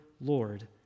Lord